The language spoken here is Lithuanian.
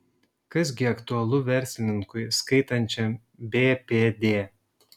kas gi aktualu verslininkui skaitančiam bpd